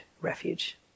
refuge